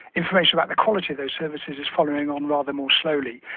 information about the quality of those services is following on rather more slowly.